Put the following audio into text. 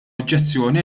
oġġezzjoni